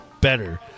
better